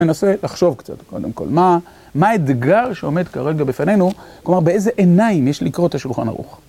אני מנסה לחשוב קצת קודם כל, מה, מה האתגר שעומד כרגע בפנינו? כלומר באיזה עיניים יש לקרוא את השולחן ערוך?